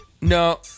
no